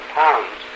pounds